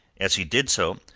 as he did so,